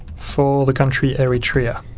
for the country eritrea.